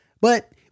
But-